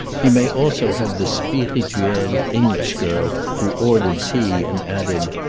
he may also have the spirituelle english girl who ordered tea, and added,